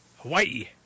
Hawaii